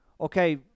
okay